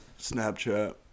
Snapchat